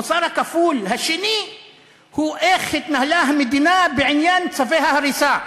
המוסר הכפול השני הוא איך התנהלה המדינה בעניין צווי ההריסה.